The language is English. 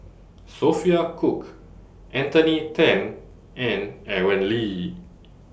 Sophia Cooke Anthony ten and Aaron Lee